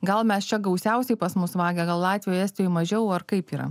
gal mes čia gausiausiai pas mus vagia gal latvijoj estijoj mažiau ar kaip yra